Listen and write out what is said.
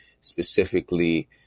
specifically